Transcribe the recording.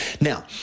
Now